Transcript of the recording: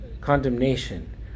condemnation